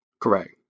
Correct